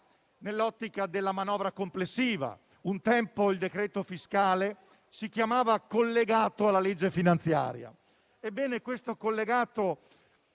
nell'ottica della manovra complessiva. Un tempo il decreto fiscale si chiamava collegato alla legge finanziaria; ebbene, questo collegato